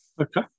Okay